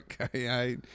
Okay